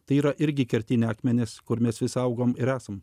tai yra irgi kertiniai akmenys kur mes išsaugom ir esam